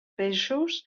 peixos